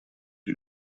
you